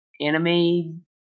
anime